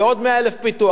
ועוד 100,000 פיתוח,